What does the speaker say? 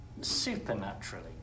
supernaturally